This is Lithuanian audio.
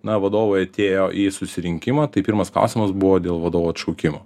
na vadovai atėjo į susirinkimą tai pirmas klausimas buvo dėl vadovo atšaukimo